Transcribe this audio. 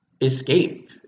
escape